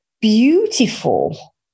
beautiful